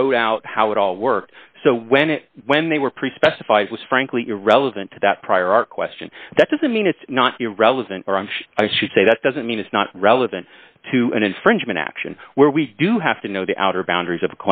wrote out how it all worked so when it when they were pre specified was frankly irrelevant to that prior question that doesn't mean it's not relevant or i should say that doesn't mean it's not relevant to an infringement action where we do have to know the outer boundaries of